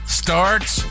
starts